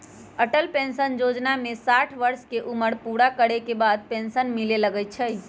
Atal pension जोजना में साठ वर्ष के उमर पूरा करे के बाद पेन्सन मिले लगैए छइ